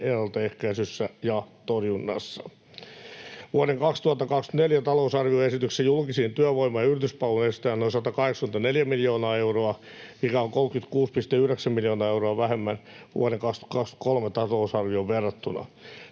ennaltaehkäisyssä ja torjunnassa. Vuoden 2024 talousarvioesityksessä julkisiin työvoima- ja yrityspalveluihin esitetään noin 184 miljoonaa euroa, mikä on 36,9 miljoonaa euroa vähemmän vuoden 2023 talousarvioon verrattuna.